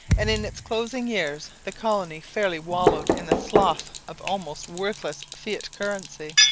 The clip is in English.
and in its closing years the colony fairly wallowed in the slough of almost worthless fiat currency.